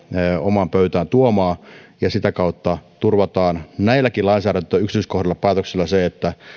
omaan pöytään tuomaan ja sitä kautta turvataan näilläkin lainsäädäntöyksityiskohdilla ja päätöksillä se että